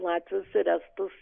latvius ir estus